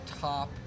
top